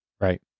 Right